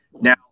Now